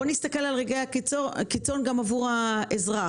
בוא נסתכל על רגעי הקיצון גם עבור האזרח.